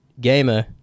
Gamer